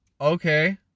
Okay